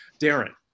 Darren